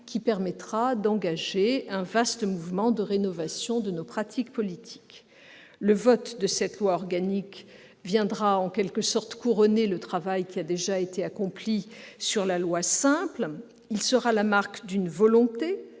qui permettra d'engager un vaste mouvement de rénovation de nos pratiques politiques. Le vote de cette loi organique viendra couronner le travail accompli sur la loi ordinaire. Il sera la marque d'une volonté,